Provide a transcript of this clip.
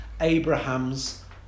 abraham's